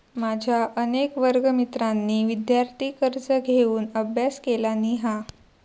माझ्या अनेक वर्गमित्रांनी विदयार्थी कर्ज घेऊन अभ्यास केलानी हा